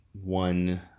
one